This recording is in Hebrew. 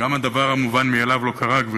גם הדבר המובן מאליו לא קרה, גברתי.